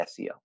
SEO